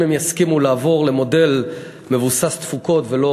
אם הם יסכימו לעבור למודל מבוסס תפוקות ולא